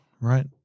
right